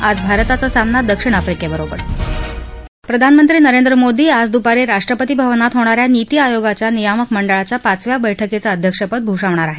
आज भारताचा सामना दक्षिण आफ्रिकेबरोबर प्रधानमंत्री नरेंद्र मोदी आज दुपारी राष्ट्रपती भवनात होणा या नीती आयोगाच्या नियामक मंडळाच्या पाचव्या बैठकीचं अध्यक्षपद भूषवणार आहेत